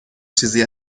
چیزی